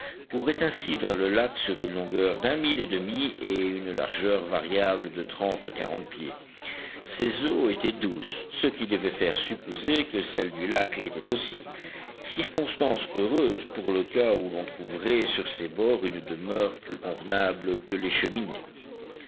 courait ainsi vers le lac sur une longueur d'un mille et demi et une largeur variable de trente à quarante pieds ses eaux étaient douces ce qui devait faire supposer que celles du lac l'étaient aussi circonstance heureuse pour le cas où l'on trouverait sur ses bords une demeure plus convenable que les cheminées